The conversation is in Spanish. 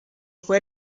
fue